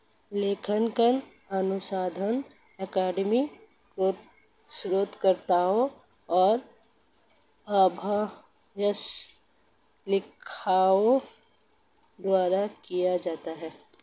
लेखांकन अनुसंधान अकादमिक शोधकर्ताओं और अभ्यास लेखाकारों द्वारा किया जाता है